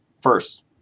First